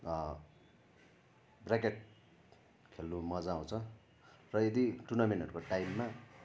racket खेल्नु मजा आउँछ र यदि टुर्नामेन्टहरूको टाइममा